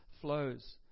flows